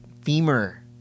femur